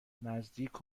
نزدیک